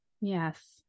Yes